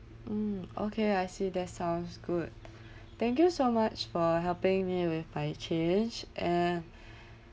mm okay I see that sounds good thank you so much for helping me with my change and